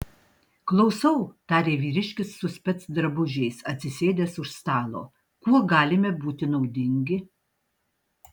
klausau tarė vyriškis su specdrabužiais atsisėdęs už stalo kuo galime būti naudingi